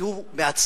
כי הוא מעצב